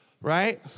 right